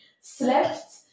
slept